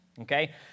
okay